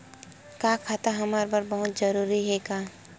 का खाता हमर बर बहुत जरूरी हे का?